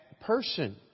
person